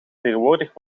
tegenwoordig